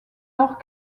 alors